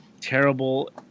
terrible